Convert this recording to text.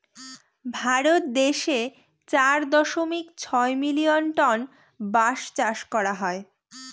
ভারত দেশে চার দশমিক ছয় মিলিয়ন টন বাঁশ চাষ করা হয়